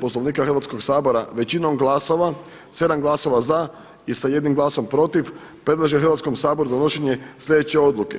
Poslovnika Hrvatskog sabora većinom glasova, 7 glasova za i sa 1 glasom protiv predlaže Hrvatskom saboru donošenje sljedeće odluke: